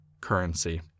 currency